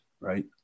right